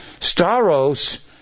staros